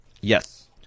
Yes